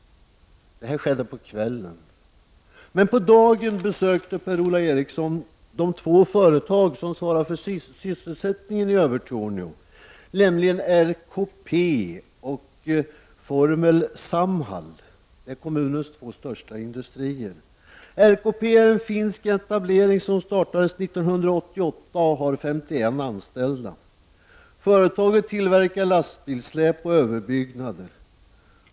Det hände på kvällen. På dagen besökte Per-Ola Eriksson de två företag som svarar för sysselsättningen i Övertorneå, nämligen RKP och Formel Samhall. Dessa företag är kommunens två största industrier. RKP är en finsk etablering som startades 1988 och har 51 anställda. Företaget tillverkar lastbilssläp och överbyggnader.